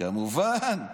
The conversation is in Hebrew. כמובן,